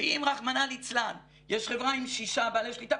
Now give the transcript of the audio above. ואם רחמנא ליצלן יש חברה עם שישה בעלי שליטה,